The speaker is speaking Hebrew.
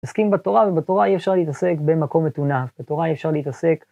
מתעסקים בתורה ובתורה אי אפשר להתעסק במקום מטונף, בתורה אי אפשר להתעסק.